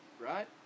right